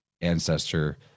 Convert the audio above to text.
ancestor